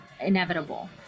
inevitable